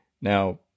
Now